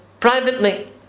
privately